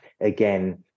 again